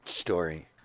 story